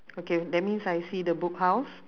okay that means I see the book house